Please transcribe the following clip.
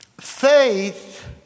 faith